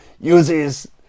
uses